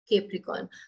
Capricorn